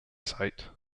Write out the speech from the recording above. site